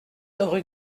rue